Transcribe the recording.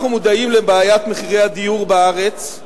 אנחנו מודעים לבעיית מחירי הדיור בארץ,